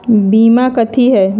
बीमा कथी है?